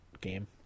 game